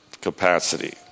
capacity